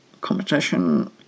competition